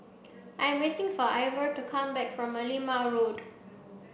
I am waiting for Ivor to come back from Merlimau Road